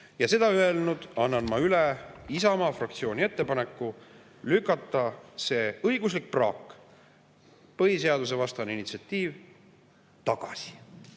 Ja seda öelnud, annan ma üle Isamaa fraktsiooni ettepaneku lükata see õiguslik praak, põhiseadusvastane initsiatiiv tagasi.